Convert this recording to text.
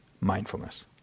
mindfulness